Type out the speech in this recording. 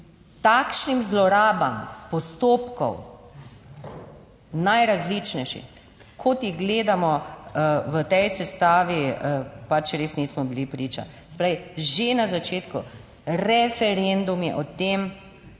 takšnim zlorabam postopkov, najrazličnejših, kot jih gledamo v tej sestavi, pač res nismo bili priča. Se pravi, že na začetku referendumi o tem,